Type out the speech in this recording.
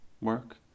work